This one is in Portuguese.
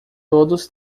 todos